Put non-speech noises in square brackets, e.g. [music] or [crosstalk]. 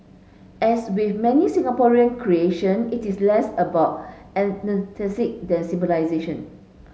as we many Singaporean creation it is less about [unintelligible] than [unintelligible]